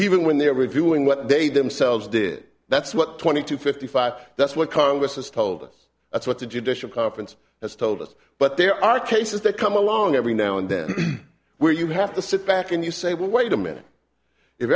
even when they're reviewing what they themselves did that's what twenty to fifty five that's what congress has told us that's what the judicial conference has told us but there are cases that come along every now and then where you have to sit back and you say well wait a minute if